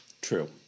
True